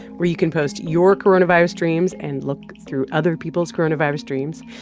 where you can post your coronavirus dreams and look through other people's coronavirus dreams.